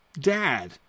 dad